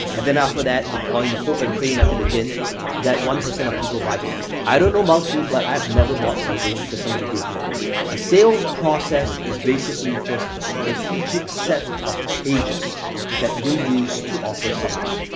and then after that, deploying the hope and pray method again that one percent of people buy from you. i don't know about you, but i've never bought something because somebody gave me a brochure. a sales process is basically just a strategic set of pages that you use to offer something,